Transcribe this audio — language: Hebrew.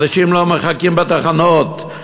אנשים לא מחכים בתחנות,